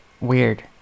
weird